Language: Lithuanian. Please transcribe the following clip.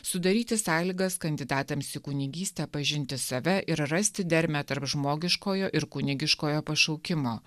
sudaryti sąlygas kandidatams į kunigystę pažinti save ir rasti dermę tarp žmogiškojo ir kunigiškojo pašaukimo